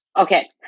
Okay